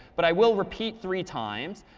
but i will repeat three times.